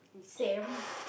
same